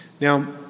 Now